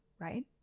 right